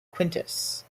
quintus